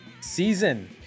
season